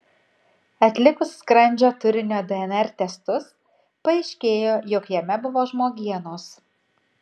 atlikus skrandžio turinio dnr testus paaiškėjo jog jame buvo žmogienos